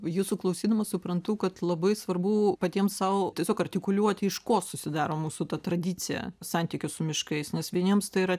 jūsų klausydama suprantu kad labai svarbu patiem sau tiesiog artikuliuoti iš ko susidaro mūsų ta tradicija santykius su miškais nes vieniems tai yra